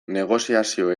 negoziazioa